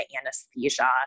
anesthesia